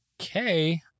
okay